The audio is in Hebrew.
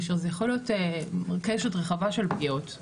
כאשר זה יכול להיות קשת רחבה של פגיעות,